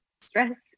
stress